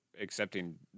accepting